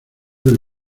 del